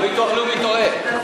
הביטוח הלאומי טועה.